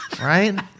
Right